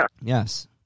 Yes